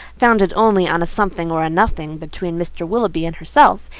founded only on a something or a nothing between mr. willoughby and herself,